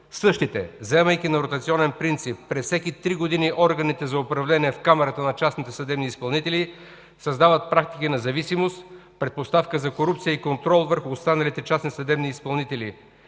Същите, заемайки на ротационен принцип през всеки 3 години органите за управление в Камарата на частните съдебни изпълнители, създават практики на зависимост, предпоставки за корупция и контрол върху останалите частни съдебни изпълнители.